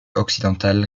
occidentale